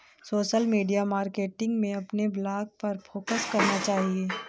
social media marketing में अपने blog पर फोकस होना चाहिए